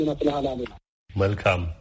Welcome